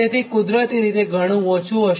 તેથી કુદરતી રીતે આ ઘણું ઓછું થશે